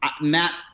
Matt